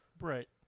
Right